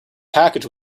package